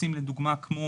לדוגמה נושאים כמו